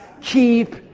keep